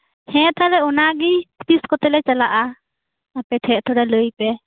ᱦᱮᱸ ᱛᱟᱦᱚᱞᱮ ᱚᱱᱟᱜᱤ ᱛᱤᱥ ᱠᱚᱛᱮᱞᱮ ᱪᱟᱞᱟᱜ ᱟ ᱟᱯᱮᱴᱷᱮᱡ ᱛᱚᱵᱮ ᱞᱟᱹᱭᱯᱮ